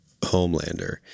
Homelander